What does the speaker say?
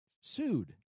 sued